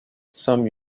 some